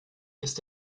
ist